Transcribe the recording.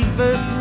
first